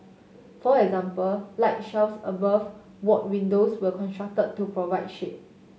for example light shelves above ward windows were construct to provide shade